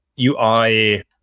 UI